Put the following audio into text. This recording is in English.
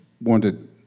wanted